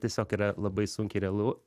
tiesiog yra labai sunkiai realu